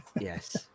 yes